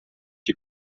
die